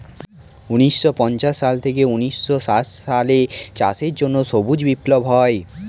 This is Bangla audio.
ঊন্নিশো পঞ্চাশ সাল থেকে ঊন্নিশো ষাট সালে চাষের জন্য সবুজ বিপ্লব হয়